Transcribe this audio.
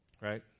Right